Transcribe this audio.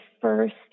first